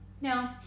No